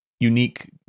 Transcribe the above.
Unique